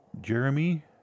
Jeremy